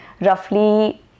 roughly